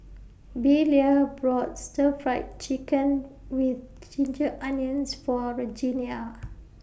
Belia bought Stir Fry Chicken with Ginger Onions For Regenia